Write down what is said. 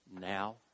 now